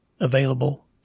available